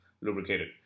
lubricated